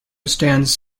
stands